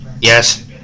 Yes